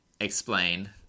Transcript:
explain